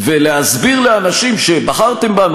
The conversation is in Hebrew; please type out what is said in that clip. ולהסביר לאנשים: בחרתם בנו,